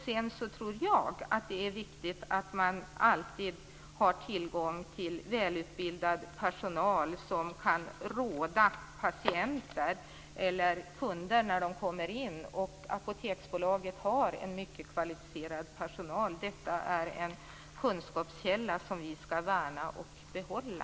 Sedan tror jag att det är viktigt att man alltid har tillgång till välutbildad personal som kan råda patienter eller kunder när de kommer in. Apoteksbolaget har en mycket kvalificerad personal. Detta är en kunskapskälla som vi skall värna och behålla.